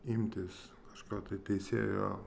imtis kažko tai teisėjo